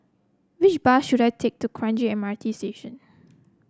which bus should I take to Kranji M R T Station